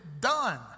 done